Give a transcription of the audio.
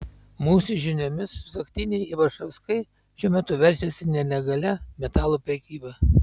mūsų žiniomis sutuoktiniai ivašauskai šiuo metu verčiasi nelegalia metalų prekyba